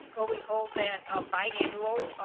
well, we hold that biannual,